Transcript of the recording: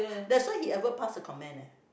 that's why he ever pass a comment